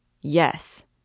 Yes